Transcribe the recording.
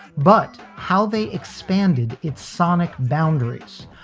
but how they expanded its sonic boundaries,